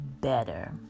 better